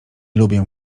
lubię